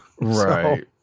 right